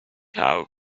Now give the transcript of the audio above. how